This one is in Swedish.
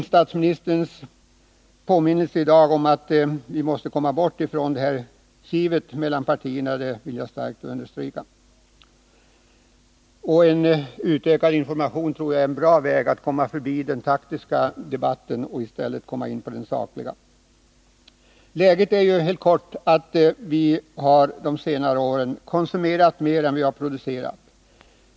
Statsministerns påminnelse i dag om att vi måste komma bort från kivet mellan partierna vill jag starkt understryka. En utökad information är en bra väg att komma förbi den taktiska debatten och i stället komma in på den sakliga. Fru talman! Läget är helt kort det att vi under de senaste åren har konsumerat mer än vi har producerat.